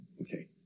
Okay